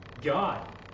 God